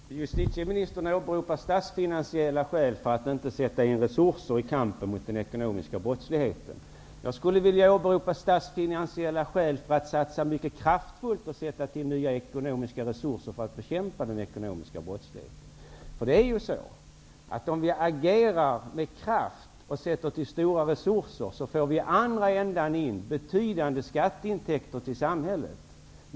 Fru talman! Justitieministern åberopar statsfinansiella skäl för att inte sätta in resurser i kampen mot den ekonomiska brottsligheten. Jag skulle vilja åberopa statsfinansiella skäl för att göra kraftfulla satsningar och sätta till nya ekonomiska resurser för att bekämpa den ekonomiska brottsligheten. Om vi agerar med kraft och satsar stora resurser får vi med hjälp av en framgångsrik kamp mot den ekonomiska brottsligheten i andra änden in betydande skatteintäkter till samhället.